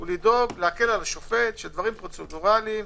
תפקידו להקל על השופט בדברים פרוצדורליים,